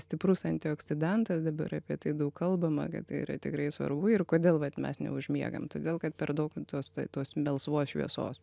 stiprus antioksidantas dabar apie tai daug kalbama kad tai yra tikrai svarbu ir kodėl vat mes neužmiegam todėl kad per daug tos ta tos melsvos šviesos